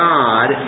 God